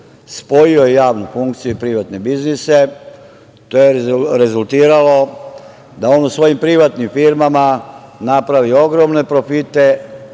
Spojio je javnu funkciju i privatne biznise. To je rezultiralo da on u svojim privatnim firmama napravi ogromne profite,